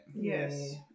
Yes